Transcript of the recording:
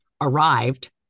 arrived